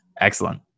Excellent